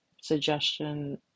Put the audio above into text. suggestion